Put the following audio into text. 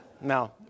No